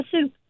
soup